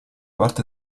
parte